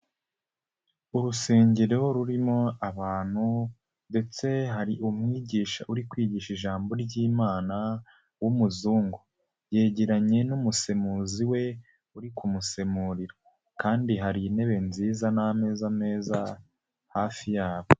Urusengero rurimo abantu ndetse hari umwigisha uri kwigisha ijambo ry'imana w'umuzungu yegeranye n'umusemuzi we uri kumusemurira kandi hari intebe nziza n'ameza meza hafi yabo.